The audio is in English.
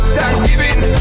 Thanksgiving